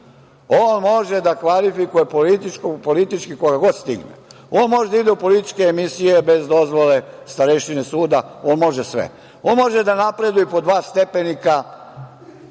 On može da kvalifikuje politički koga god stigne. On može da ide u političke emisije bez dozvole starešine suda. On može sve. On može da napreduje i po dva stepenika.